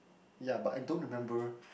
ya but I don't remember